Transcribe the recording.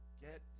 get